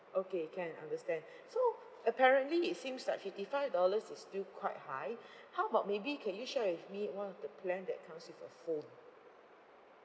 okay can understand so apparently it seems like fifty five dollars is still quite high how about maybe can you share with me one of the plan that comes with a phone